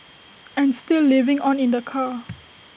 and still living on in the car